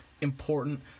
important